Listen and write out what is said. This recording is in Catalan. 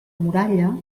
muralla